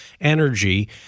energy